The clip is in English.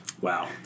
Wow